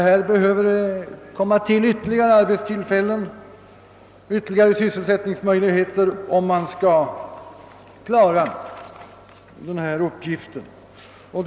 Det behövs ytterligare arbetstillfällen, ytterligare sysselsättningsmöjligheter, om man skall komma till rätta med dessa problem.